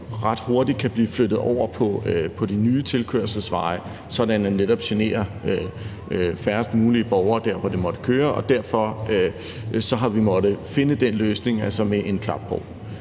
ret hurtigt kan blive flyttet over på de nye tilkørselsveje, så man netop generer færrest mulige borgere der, hvor man måtte køre det, og derfor har vi måttet finde den løsning, altså med en klapbro.